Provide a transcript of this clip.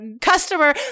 customer